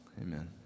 Amen